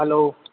hello